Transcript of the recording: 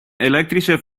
elektrische